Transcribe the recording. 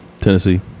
Tennessee